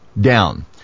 down